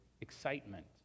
excitement